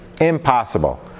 Impossible